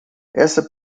essa